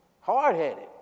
hard-headed